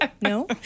no